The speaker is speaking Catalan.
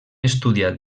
estudiat